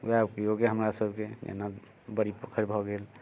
यएह उपयोग अइ हमरा सबके एना बड़ी पोखरि भऽ गेल